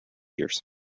years